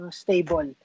stable